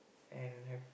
and have